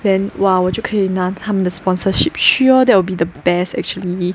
then !wah! 我就可以拿他们的 the sponsorship 去 lor that will be the best actually